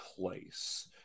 place